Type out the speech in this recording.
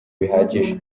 bihagije